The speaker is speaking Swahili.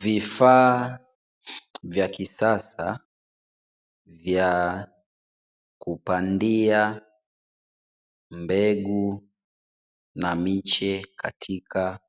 Vifaa vya kisasa vya kupandia mbegu na miti miche katika